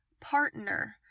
partner